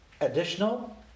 additional